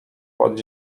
pod